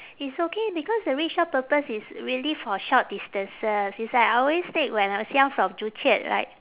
it's okay because the rickshaw purpose is really for short distances it's like I always take when I was young from joo chiat like